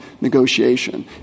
negotiation